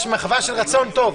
יש מחווה של רצון טוב.